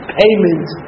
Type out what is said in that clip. payment